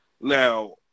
Now